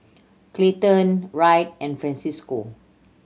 Clayton Wright and Francesco